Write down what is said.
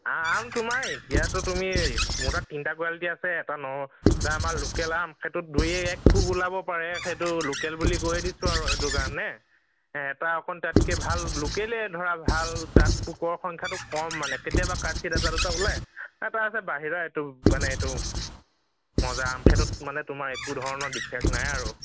আম তোমাৰ এতিয়াটো তুমি মোৰ তাত তিনিটা কোৱালিটি আছে এটা ন এটা আমাৰ লোকেল আম সেইটোত দুই এক পোক ওলাব পাৰে সেইটো লোকেল বুলি কৈয়ে দিছোঁ আৰু সেইটো কাৰণে এটা অকণ তাতকৈ ভাল লোকেলেই ধৰা ভাল তাত পোকৰ সংখ্যাটো কম মানে কেতিয়াবা কাৎচিত এটা দুটা ওলাই এটা আছে বাহিৰৰ এইটো মানে এইটো মজা আম সেইটোত মানে তোমাৰ একো ধৰণৰ ডিফেক্ট নাই আৰু